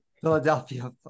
Philadelphia